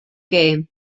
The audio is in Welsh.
gem